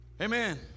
Amen